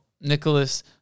Nicholas